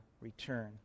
return